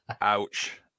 Ouch